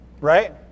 Right